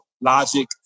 Logic